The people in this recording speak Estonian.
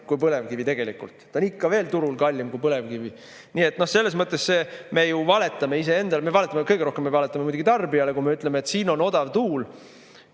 kui põlevkivi tegelikult, ta on ikka veel turul kallim kui põlevkivi. Nii et selles mõttes me ju valetame, ise endale valetame. Kõige rohkem me valetame muidugi tarbijale, kui me ütleme, et siin on odav tuul,